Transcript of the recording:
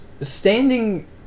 standing